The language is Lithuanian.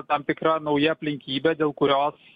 tam tikra nauja aplinkybė dėl kurios